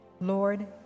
Lord